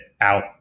out